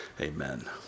amen